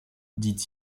dit